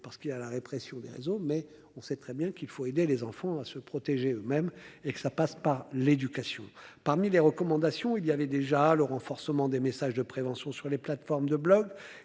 parce qu'il y a la répression des raisons mais on sait très bien qu'il faut aider les enfants à se protéger eux-mêmes et que ça passe par l'éducation parmi les recommandations il y avait déjà le renforcement des messages de prévention sur les plateformes de blogs